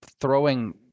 throwing